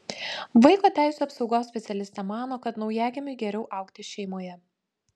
vaiko teisių apsaugos specialistė mano kad naujagimiui geriau augti šeimoje